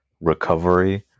recovery